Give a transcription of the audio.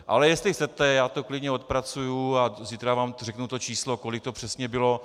Ale jestli chcete, já to klidně odpracuju a zítra vám řeknu číslo, kolik to přesně bylo.